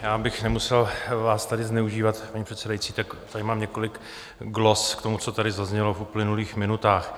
Já, abych nemusel vás tady zneužívat, paní předsedající, tak tady mám několik glos k tomu, co tady zaznělo v uplynulých minutách.